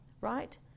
right